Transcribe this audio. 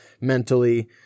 mentally